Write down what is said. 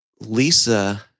Lisa